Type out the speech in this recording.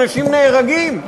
שאנשים נהרגים,